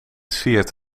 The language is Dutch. siert